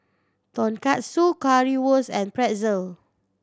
Tonkatsu Currywurst and Pretzel